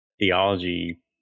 theology